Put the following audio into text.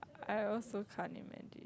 I also can't imagine